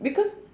because